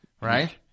Right